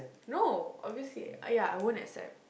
no obviously ya I won't accept